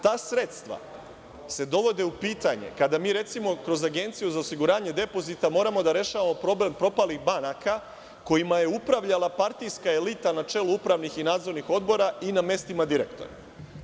Ta sredstva se dovode u pitanje kada mi, recimo, kroz Agenciju za osiguranje depozita moramo da rešavamo problem propalih banaka kojima je upravljala partijska elita na čelu upravnih i nadzornih odbora i na mestima direktora.